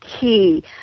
key